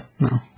no